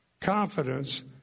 confidence